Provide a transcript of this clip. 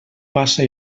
passa